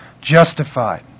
justified